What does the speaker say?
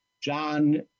John